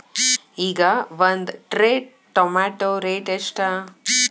ಈಗ ಒಂದ್ tray tomato rate ಎಷ್ಟ?